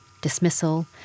dismissal